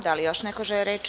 Da li još neko želi reč?